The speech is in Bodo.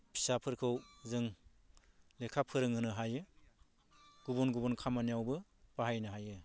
फिसाफोरखौ जों लेखा फोरोंहोनो हायो गुबुन गुबुन खामानियावबो बाहायनो हायो